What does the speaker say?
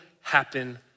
happen